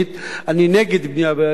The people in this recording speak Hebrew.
אני נגד בנייה לא חוקית,